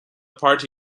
party